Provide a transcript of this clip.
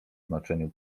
znaczeniu